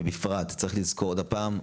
ובפרט צריך לזכור עוד פעם,